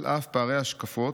על אף פערי השקפות,